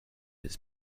his